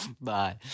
Bye